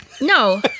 No